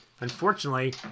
Unfortunately